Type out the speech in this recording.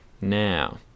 Now